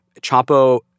Chapo